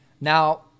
Now